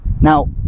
now